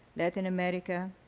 latin america,